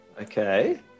Okay